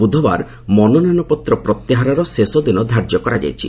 ବୁଧବାର ମନୋନୟନପତ୍ର ପ୍ରତ୍ୟାହାରର ଶେଷଦିନ ଧାର୍ଯ୍ୟ କରାଯାଇଛି